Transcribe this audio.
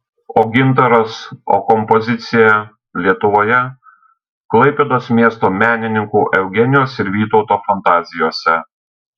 o gintaras o kompozicija lietuvoje klaipėdos miesto menininkų eugenijos ir vytauto fantazijose